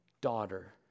Daughter